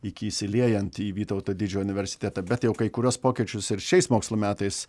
iki įsiliejant į vytauto didžiojo universitetą bet jau kai kuriuos pokyčius ir šiais mokslo metais